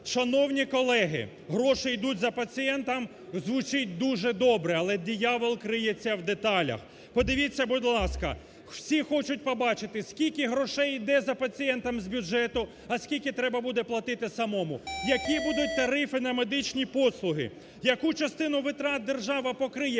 Шановні колеги, "гроші йдуть за пацієнтом" звучить дуже добре, але диявол криється в деталях. Подивіться, будь ласка, всі хочуть побачити, скільки грошей іде за пацієнтом з бюджету, а скільки треба буде платити самому. Які будуть тарифи на медичні послуги, яку частину витрат держава покриє